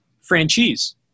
Franchise